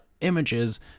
images